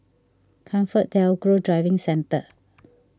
ComfortDelGro Driving Centre